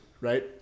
Right